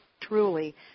Truly